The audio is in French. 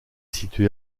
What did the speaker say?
situé